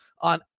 on